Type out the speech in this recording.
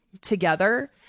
together